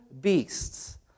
beasts